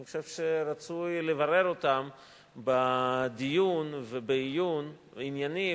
אני חושב שרצוי לברר אותן בדיון ובעיון ענייני,